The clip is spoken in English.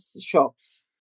shops